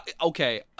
Okay